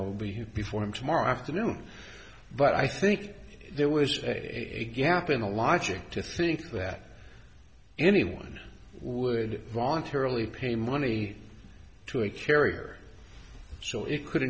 i'll be here before him tomorrow afternoon but i think there was a gap in the logic to think that anyone would voluntarily pay money to a carrier so it could